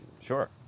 Sure